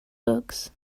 books